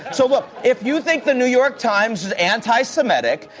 so, look. if you think the new york times is anti-semitic,